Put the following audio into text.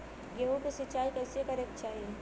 गेहूँ के सिंचाई कइसे करे के चाही?